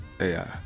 AI